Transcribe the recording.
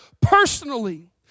personally